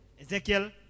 Ezekiel